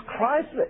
Christ